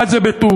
אחד זה טורקיה,